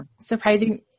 Surprising